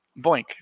Boink